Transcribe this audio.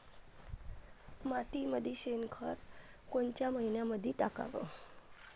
मातीमंदी शेणखत कोनच्या मइन्यामंधी टाकाव?